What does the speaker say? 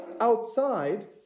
outside